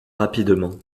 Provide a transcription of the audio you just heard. rapidement